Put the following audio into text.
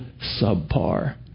subpar